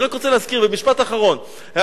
אני רק רוצה להזכיר במשפט אחרון: היה